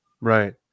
right